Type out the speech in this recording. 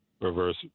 reverse